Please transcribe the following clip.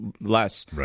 less